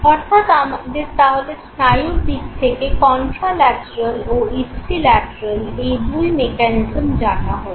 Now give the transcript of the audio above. অর্থাৎ আমাদের তাহলে স্নায়ুর দিক থেকে কন্ট্রা ল্যাটেরাল ও ইপ্সি ল্যাটেরাল এই দুই মেকানিজম জানা হলো